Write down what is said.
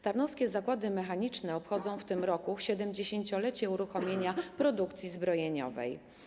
Tarnowskie Zakłady Mechaniczne obchodzą w tym roku 70-lecie uruchomienia produkcji zbrojeniowej.